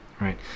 right